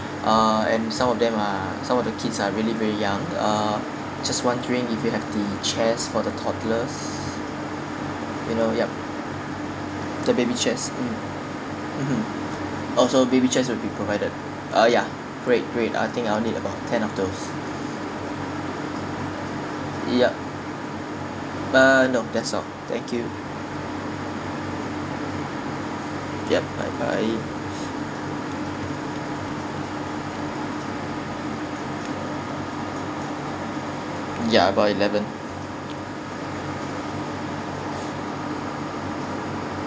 uh and some of them are some of the kids are really very young uh just wondering if you have the chairs for the toddlers you know yup the baby chairs mm mmhmm oh so baby chairs will be provided oh ya great great I think I'll need about ten of those yup uh no that's all thank you yup bye bye ya about eleven